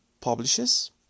publishes